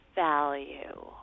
value